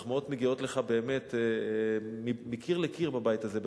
המחמאות מגיעות לך באמת מקיר לקיר בבית הזה,